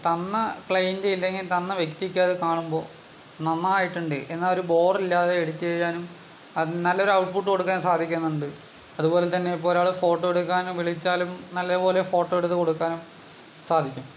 തന്ന ക്ലെയ്ൻ്റ് ഇല്ലെങ്കിൽ തന്ന വ്യക്തിക്കത് കാണുമ്പോൾ നന്നായിട്ടുണ്ട് എന്നാൽ ഒരു ബോറില്ലാതെ എഡിറ്റ് ചെയ്യാനും അത് നല്ലൊരു ഔട്ട്പുട്ട് കൊടുക്കാനും സാധിക്കുന്നുണ്ട് അതുപോലെതന്നെ ഇപ്പോൾ ഒരാൾ ഫോട്ടോ എടുക്കാനും വിളിച്ചാലും നല്ലതുപോലെ ഫോട്ടോ എടുത്തു കൊടുക്കാനും സാധിക്കും